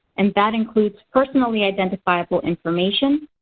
and that includes personally identifiable information,